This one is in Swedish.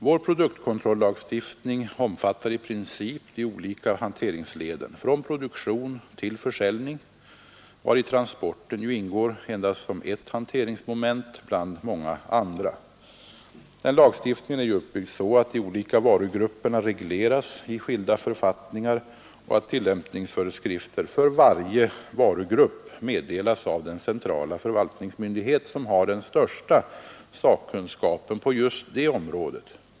Vår produktkontrollagstiftning omfattar i princip de olika hanteringsleden från produktion till försäljning, varvid ju transporten ingår endast som ett hanteringsmoment bland många andra. Denna lagstiftning är uppbyggd så, att de olika varugrupperna regleras i skilda författningar och att tillämpningsföreskrifter för varje varugrupp meddelas av den centrala förvaltningsmyndighet som har den största sakkunskapen på just det området.